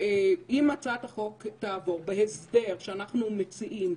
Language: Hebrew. אם הצעת החוק תעבור בהסדר שאנחנו מציעים,